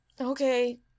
Okay